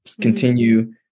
continue